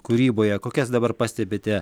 kūryboje kokias dabar pastebite